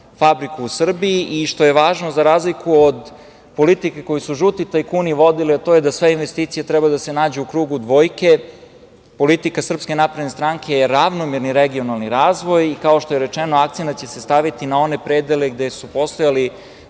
fabriku u Srbiji. I što je takođe važno, za razliku od politike koju su žuti tajkuni vodili, a to je da sve investicije treba da se nađu u krugu dvojke. Politika Srpske napredne stranke je ravnomerni regionalni razvoj. Kao što je rečeno, akcenat će se staviti na one predele gde su postojali